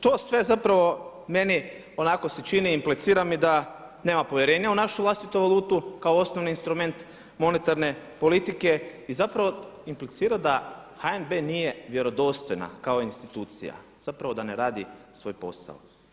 To sve zapravo meni onako se čini, implicira mi da nema povjerenja u našu vlastitu valutu kao osnovni instrument monetarne politike i zapravo implicira da HNB nije vjerodostojna kao institucija, zapravo da ne radi svoj posao.